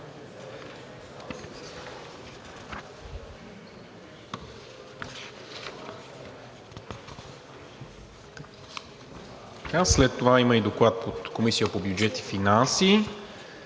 След това има Доклад и от Комисията по бюджет и финанси,